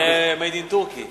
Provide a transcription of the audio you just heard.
אולי Made in Turkey.